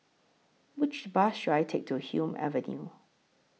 Which Bus should I Take to Hume Avenue